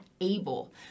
able